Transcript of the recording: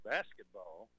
Basketball